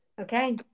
Okay